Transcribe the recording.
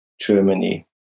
Germany